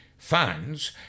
fans